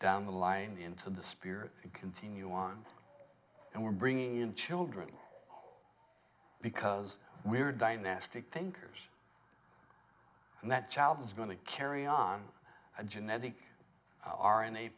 down the line into the spear and continue on and we're bringing in children because we're dynastic thinkers and that child is going to carry on a genetic are in a